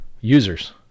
users